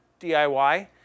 DIY